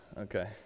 Okay